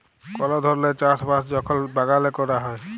call ধরলের চাষ বাস যখল বাগালে ক্যরা হ্যয়